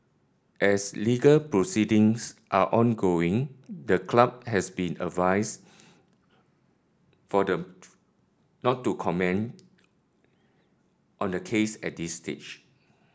as legal proceedings are ongoing the club has been advised for the not to comment on the case at this stage